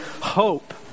hope